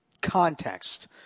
context